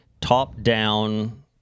top-down